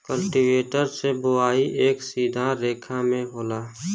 cultivator से बोवाई एक सीधा रेखा में होला